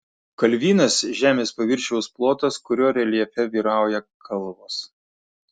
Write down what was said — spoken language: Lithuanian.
kalvynas žemės paviršiaus plotas kurio reljefe vyrauja kalvos